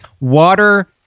water